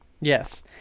Yes